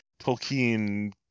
Tolkien